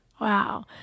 Wow